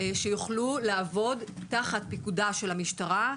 שיוכלו לעבוד תחת פיקודה של המשטרה,